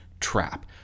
trap